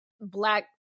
black